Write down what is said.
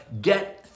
get